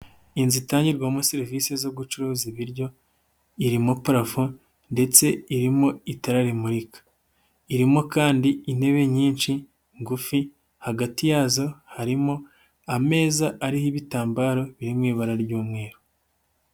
Inzu itangirwamo serivisi zo gucuruza ibiryo. Irimo parafo ndetse irimo itara rimurika. Irimo kandi intebe nyinshi ngufi hagati yazo harimo ameza ariho ibitambaro biri mu ibara ry'umweru.